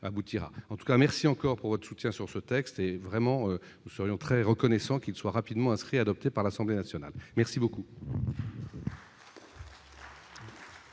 aboutira en tout cas merci encore pour votre soutien sur ce texte est vraiment, nous serions très reconnaissants qu'il soit rapidement inscrit adopté par l'Assemblée nationale merci beaucoup.